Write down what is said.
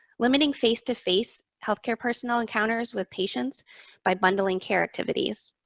limiting face to face healthcare personnel encounters with patients by bundling care activities,